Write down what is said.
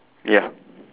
ya